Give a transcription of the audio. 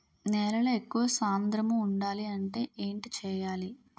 నేలలో ఎక్కువ సాంద్రము వుండాలి అంటే ఏంటి చేయాలి?